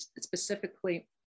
specifically